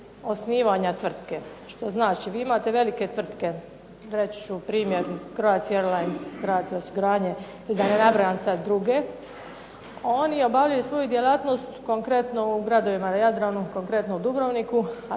osnivanja tvrtke, što znači vi imate velike tvrtke reći ću primjer Croatia Airlines, Croatia osiguranje i da ne nabrajam sada druge. Oni obavljaju svoju djelatnost konkretno u gradovima na Jadranu, konkretno u Dubrovniku,